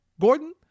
Gordon